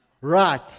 Right